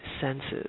senses